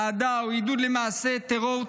אהדה או עידוד למעשה טרור,